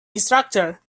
instructor